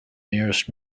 nearest